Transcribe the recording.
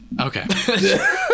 Okay